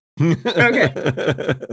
okay